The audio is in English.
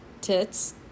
tits